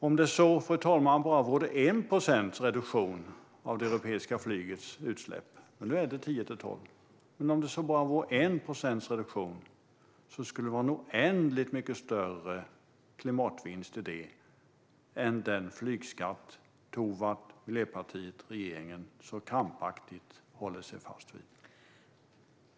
Om det så, fru talman, bara handlade om 1 procents reduktion av det europeiska flygets utsläpp - och nu handlar det om 10-12 procent - skulle detta innebära en oändligt mycket större klimatvinst än den flygskatt som Tovatt, Miljöpartiet och regeringen så krampaktigt håller sig fast vid.